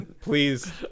please